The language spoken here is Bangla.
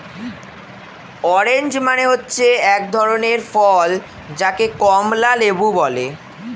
অরেঞ্জ মানে হচ্ছে এক ধরনের ফল যাকে কমলা লেবু বলে